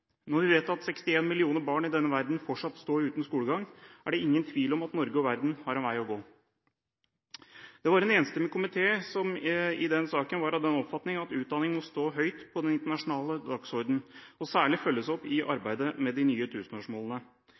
Når vi vet at 61 millioner barn i denne verden fortsatt står uten skolegang, er det ingen tvil om at Norge og verden har en vei å gå. Det var en enstemmig komité som i denne saken var av den oppfatning at utdanning må stå høyt på den internasjonale dagsordenen, og særlig følges opp i arbeidet med de nye tusenårsmålene.